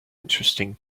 interesting